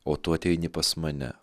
o tu ateini pas mane